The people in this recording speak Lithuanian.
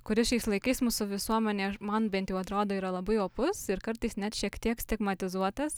kuris šiais laikais mūsų visuomenėj man bent atrodo yra labai opus ir kartais net šiek tiek stigmatizuotas